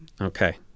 Okay